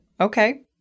okay